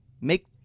Make